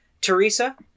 Teresa